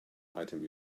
item